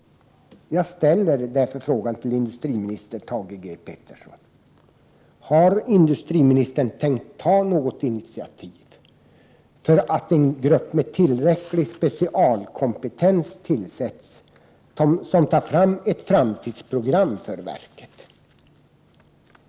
Jag frågar därför industriminister Thage G Peterson: Har industriministern tänkt ta något initiativ för att en grupp med tillräcklig specialkompetens tillsätts, som tar fram ett framtidsprogram för verket?